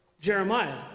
Jeremiah